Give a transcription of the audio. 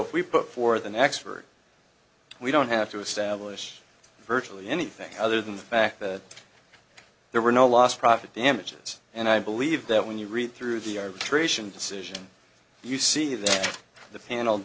if we put for the next word we don't have to establish virtually anything other than the fact that there were no loss profit damages and i believe that when you read through the arbitration decision you see that the pan